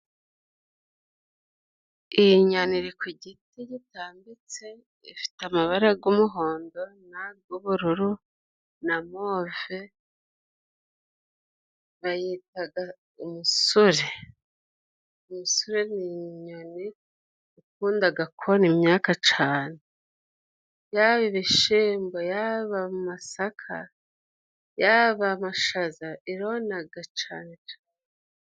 Iyi nyoni iri ku giti gitambitse, ifite amabara g'umuhondo n'ag'ubururu na move, bayitaga imisure. Imisure ni inyoni ikundaga kona imyaka cane, yaba ibishimbo, yaba amasaka, yaba amashaza, ironaga cane.